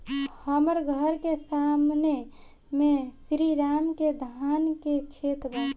हमर घर के सामने में श्री राम के धान के खेत बा